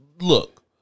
look